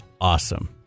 awesome